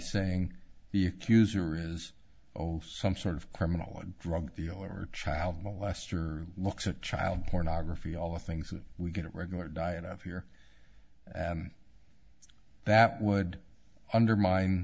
saying the accuser is some sort of criminal drug dealer or child molester looks at child pornography all the things that we get regular diet of here and that would undermine